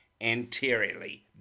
anteriorly